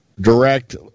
direct